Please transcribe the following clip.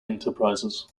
enterprises